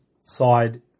side